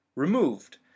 removed